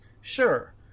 sure